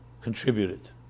contributed